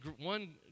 one